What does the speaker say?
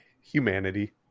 Humanity